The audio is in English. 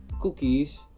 cookies